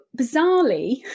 bizarrely